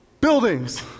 Buildings